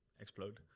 explode